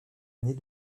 année